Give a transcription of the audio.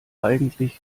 eigentlich